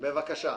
בבקשה.